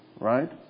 Right